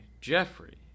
Jeffrey